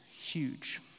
huge